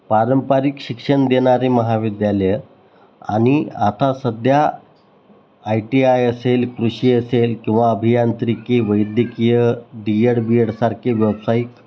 पारंपरिक शिक्षण देणारे महाविद्यालयं आणि आता सध्या आय टी आय असेल कृषी असेल किंवा अभियांत्रिकी वैद्यकीय डी एड बी एडसारखे व्यावसायिक